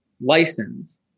license